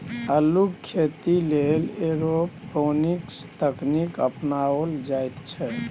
अल्लुक खेती लेल एरोपोनिक्स तकनीक अपनाओल जाइत छै